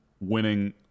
winning